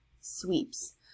sweeps